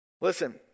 Listen